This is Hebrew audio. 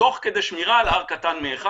תוך כדי שמירה על R קטן מ-1,